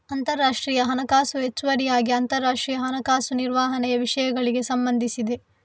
ಅಂತರರಾಷ್ಟ್ರೀಯ ಹಣಕಾಸು ಹೆಚ್ಚುವರಿಯಾಗಿ ಅಂತರರಾಷ್ಟ್ರೀಯ ಹಣಕಾಸು ನಿರ್ವಹಣೆಯ ವಿಷಯಗಳಿಗೆ ಸಂಬಂಧಿಸಿದೆ